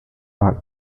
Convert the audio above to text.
are